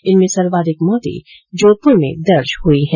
इनमें सर्वाधिक मौतें जोधपुर में दर्ज हुई है